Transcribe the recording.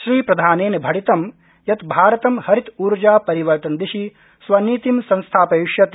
श्रीप्रधानेन भणितं यत् भारतं हरित ऊर्जा परिवर्तन दिशि स्वनीतिं संस्थापयिष्यति